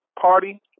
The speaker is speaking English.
party